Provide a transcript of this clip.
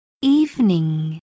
Evening